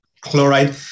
chloride